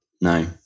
No